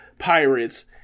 pirates